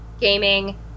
gaming